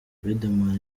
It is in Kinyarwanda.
riderman